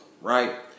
right